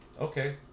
okay